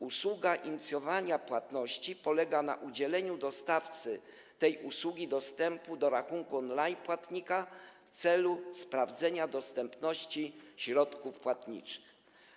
Usługa inicjowania płatności polega na udzieleniu dostawcy tej usługi dostępu do rachunku on-line płatnika w celu sprawdzenia dostępności środków płatniczych.